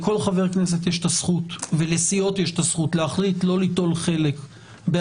לכל חבר כנסת ולכל סיעה יש את הזכות להחליט לא ליטול חלק בהצבעה,